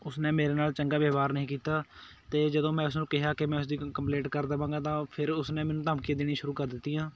ਉਸ ਨੇ ਮੇਰੇ ਨਾਲ ਚੰਗਾ ਵਿਵਹਾਰ ਨਹੀਂ ਕੀਤਾ ਅਤੇ ਜਦੋਂ ਮੈਂ ਉਸ ਨੂੰ ਕਿਹਾ ਕਿ ਮੈਂ ਉਸ ਦੀ ਕੰਪਲੇਂਟ ਕਰ ਦੇਵਾਂਗਾ ਤਾਂ ਫਿਰ ਉਸ ਨੇ ਮੈਨੂੰ ਧਮਕੀ ਦੇਣੀ ਸ਼ੁਰੂ ਕਰ ਦਿੱਤੀਆਂ